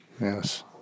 Yes